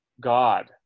God